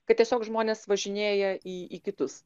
kad tiesiog žmonės važinėja į į kitus